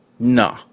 Nah